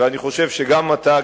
ואני חושב שגם אתה,